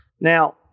Now